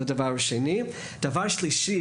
הדבר השלישי,